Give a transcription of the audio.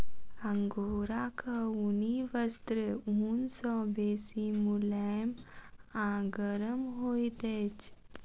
अंगोराक ऊनी वस्त्र ऊन सॅ बेसी मुलैम आ गरम होइत अछि